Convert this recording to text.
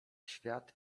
świat